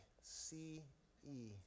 C-E